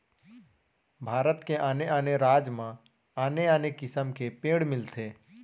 भारत के आने आने राज म आने आने किसम के पेड़ मिलथे